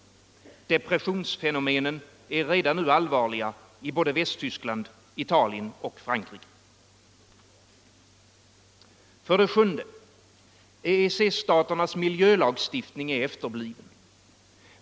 Depressionsfenomenen är redan nu allvarliga både i Västtyskland, Italien och Frankrike. 7. EEC-staternas miljölagstiftning är efterbliven.